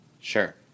Sure